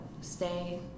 stay